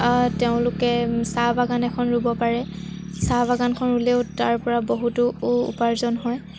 তেওঁলোকে চাহ বাগান এখন ৰুব পাৰে চাহ বাগানখন ৰুলেও তাৰপৰা বহুতো উপাৰ্জন হয়